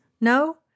No